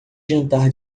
jantar